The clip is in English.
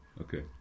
Okay